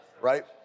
right